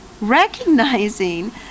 recognizing